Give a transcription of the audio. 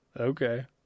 Okay